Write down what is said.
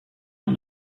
und